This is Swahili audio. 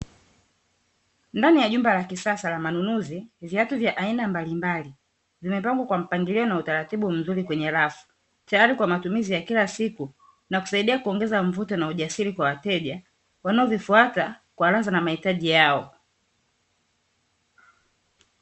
Ndani ya jumba la kisasa la manunuzi, viatu vya aina mbalimbali. Vimepangwa kwa mpangilio na utaratibu mzuri kwenye rafu. Tayari kwa matumizi ya kila siku, na kusaidia kuongeza mvuto na ujasiri kwa wateja, wanaovifuata kwa ladha na mahitaji yao.